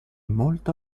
molto